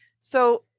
So-